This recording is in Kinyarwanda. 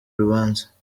urubanza